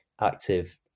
active